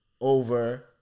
over